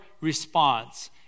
response